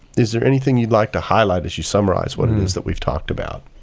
is there anything you'd like to highlight as you summarize what it is that we've talked about?